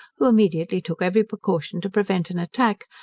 who immediately took every precaution to prevent an attack,